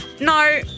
no